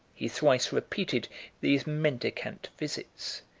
he thrice repeated these mendicant visits,